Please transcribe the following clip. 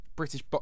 British